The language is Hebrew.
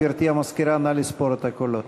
גברתי המזכירה, נא לספור את הקולות.